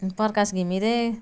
Prakash Ghimire